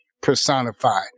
personified